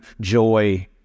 joy